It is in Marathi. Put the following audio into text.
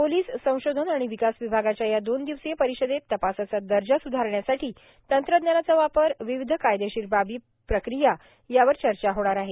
पोलीस संशोधन आणि विकास विभागाच्या या दोन दिवसीय परिषदेत तपासाचा दर्जा स्धारण्यासाठी तंत्रज्ञानाचा वापर विविध कायदेशीर बाबी प्रक्रिया यावर चर्चा होणार आहे